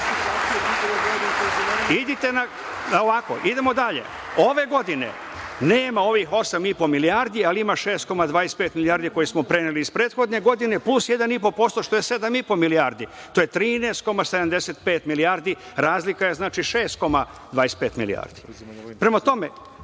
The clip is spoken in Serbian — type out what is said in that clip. iz matematike, idemo dalje, nema ovih 8,5 milijardi, ali ima 6,25 milijardi koje smo preneli iz prethodne godine plus 1,5% što je 7,5 milijardi. To je 13,75 milijardi. Razlika je znači 6,25 milijardi. Prema tome,